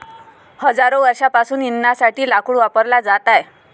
हजारो वर्षांपासून इंधनासाठी लाकूड वापरला जात आहे